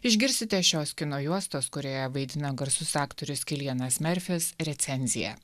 išgirsite šios kino juostos kurioje vaidina garsus aktorius kilianas merfis recenziją